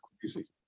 crazy